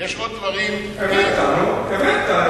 יש עוד דברים, הבאת, הבאת.